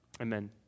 Amen